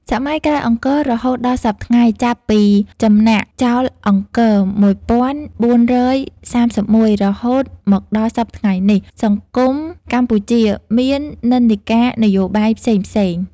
សម័យក្រោយអង្គររហូតដល់សព្វថ្ងៃ ចាប់ពីចំណាកចោលអង្គរ ១៤៣១ រហូតមកដល់សព្វថ្ងៃនេះ សង្គមកម្ពុជាមាននិន្នាការនយោបាយផ្សេងៗ ។